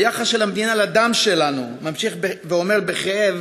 היחס של המדינה לדם שלנו, ממשיך ואומר בכאב